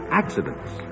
accidents